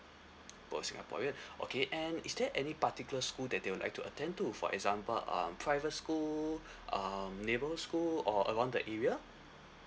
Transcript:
both singaporean okay and is there any particular school that they would like to attend to for example um private school um neighbourhood school or around the area